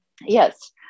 yes